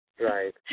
Right